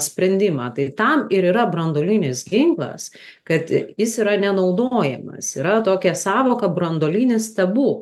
sprendimą tai tam ir yra branduolinis ginklas kad jis yra nenaudojamas yra tokia sąvoka branduolinis tabu